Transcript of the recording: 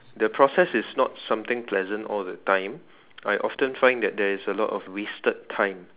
the process is not something pleasant all the time I often find that there is a lot of wasted time